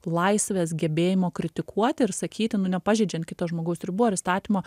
laisvės gebėjimo kritikuoti ir sakyti nu nepažeidžiant kito žmogaus ribų ar įstatymo